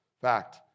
fact